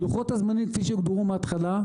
לוחות הזמנים כפי שהוגדרו מהתחלה,